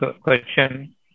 question